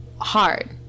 hard